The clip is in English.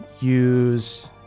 use